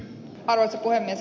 arvoisa puhemies